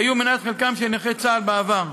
שהיו מנת חלקם של נכי צה"ל בעבר.